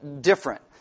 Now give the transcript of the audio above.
different